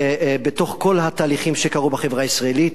בתוך כל השינויים שקרו בחברה הישראלית,